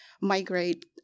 migrate